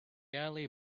early